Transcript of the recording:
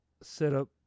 setup